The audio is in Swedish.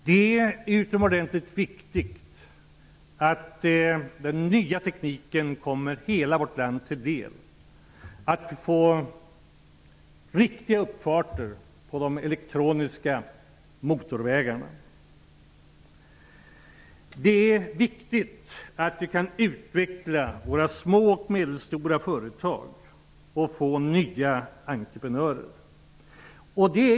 Det är utomordentligt viktigt att den nya tekniken kommer hela vårt land till del, t.ex. att man får riktiga uppfarter på de elektroniska motorvägarna. Det är viktigt att vi kan utveckla våra små och medelstora företag och få nya entreprenörer.